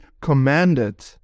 commanded